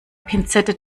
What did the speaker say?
pinzette